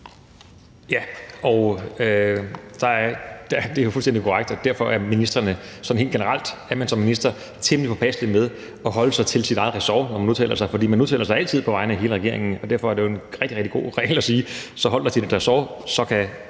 Det er jo fuldstændig korrekt, og derfor er man som minister sådan helt generelt temmelig påpasselig i forhold til at holde sig til sit eget ressort, når man udtaler sig, for man udtaler sig altid på vegne af hele regeringen, og derfor er det jo en rigtig, rigtig god regel at sige, at man skal holde sig til sit ressort, således